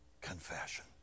confession